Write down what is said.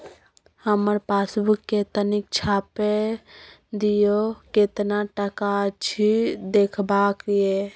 हमर पासबुक के तनिक छाय्प दियो, केतना टका अछि देखबाक ये?